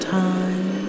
time